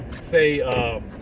say